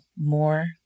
more